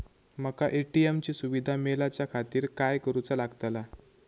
माका ए.टी.एम ची सुविधा मेलाच्याखातिर काय करूचा लागतला?